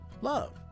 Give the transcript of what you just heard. Love